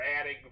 adding